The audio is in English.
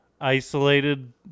isolated